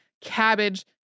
cabbage